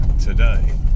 today